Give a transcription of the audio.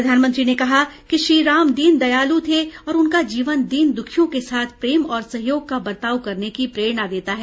प्रधानमंत्री ने कहा कि श्रीराम दीनदयालु थे और उनका जीवन दीन दुखियों के साथ प्रेम और सहयोग का बर्ताव करने की प्रेरणा देता है